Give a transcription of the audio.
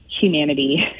humanity